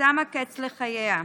שמה קץ לחייה.